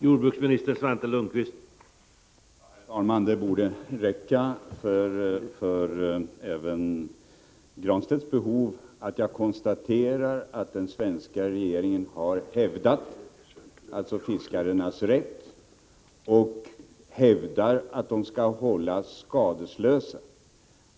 Herr talman! Det borde räcka även för herr Granstedts behov att jag konstaterar att den svenska regeringen har hävdat fiskarnas rätt och hävdar att de skall hållas skadeslösa.